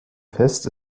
fest